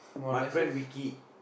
my friend Vicky